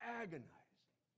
agonizing